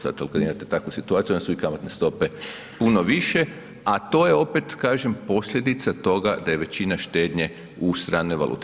Zato kad imate takvu situaciju onda su i kamatne stope puno više, a to je opet kažem posljedica toga da je većina štednje u stranoj valuti.